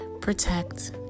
protect